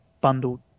bundled